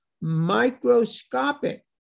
microscopic